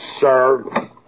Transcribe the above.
sir